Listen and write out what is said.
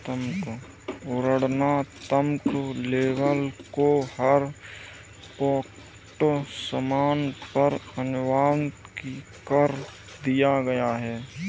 वर्णनात्मक लेबल को हर पैक्ड सामान पर अनिवार्य कर दिया गया है